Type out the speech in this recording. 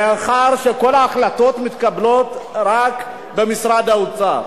מאחר שכל ההחלטות מתקבלות רק במשרד האוצר,